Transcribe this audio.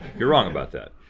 you're wrong about that.